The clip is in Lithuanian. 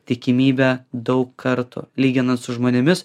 tikimybę daug kartų lyginant su žmonėmis